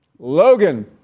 Logan